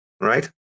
right